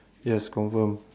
yes confirm